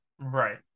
Right